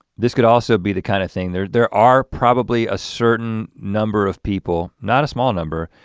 this could also be the kind of thing there there are probably a certain number of people, not a small number,